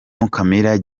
mukamira